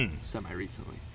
Semi-recently